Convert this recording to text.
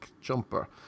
jumper